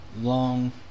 long